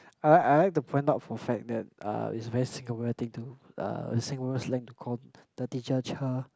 uh I like to point out for a fact that uh it's a very Singaporean thing to uh Singaporean slang to call the teacher cher